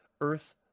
earth